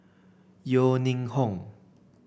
Yeo Ning Hong